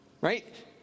Right